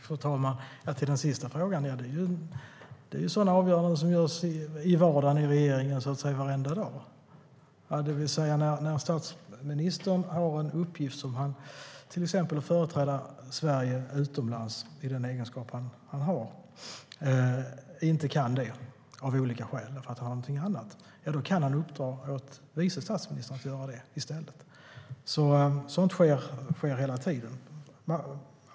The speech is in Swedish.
Fru talman! Låt mig besvara den sista frågan. Det är sådana avgöranden som görs i vardagen i regeringen varenda dag. När statsministern har en uppgift att till exempel företräda Sverige utomlands, men inte kan göra det av olika skäl, kan han uppdra åt vice statsministern att göra det i stället. Sådant sker hela tiden.